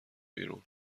بیرون